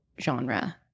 genre